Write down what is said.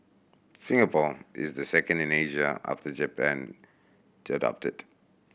Singapore is the second in Asia after Japan to adopt it